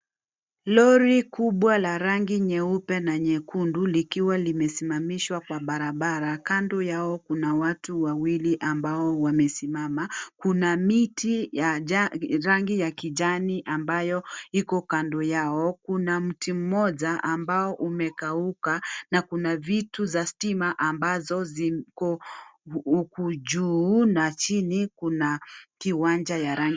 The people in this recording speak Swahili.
Lori kubwa la rangi nyupe na nyekundu likiwa limesimamishwa kwa barabara , kando yao kuna watu wawili ambao wamesimama, kuna miti ya rangi ya kijani ambayo iko kando yao, kuna mti moja ambao umekauka na kuna vitu za stima ambazo ziko huko juu na chini kuna kiwanja ya rangi.